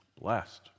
Blessed